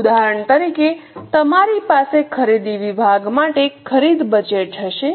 ઉદાહરણ તરીકે તમારી પાસે ખરીદી વિભાગ માટે ખરીદ બજેટ હશે